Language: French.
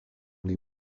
les